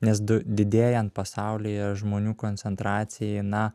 nes du didėjant pasaulyje žmonių koncentracijai na